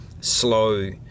slow